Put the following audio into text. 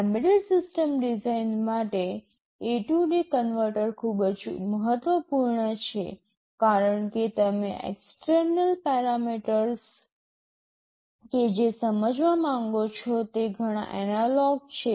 embedded system design માટે AD converter ખૂબ જ મહત્વપૂર્ણ છે કારણ કે તમે એક્સટર્નલ પેરામીટર્સ કે જે સમજવા માંગો છો તે ઘણા એનાલોગ છે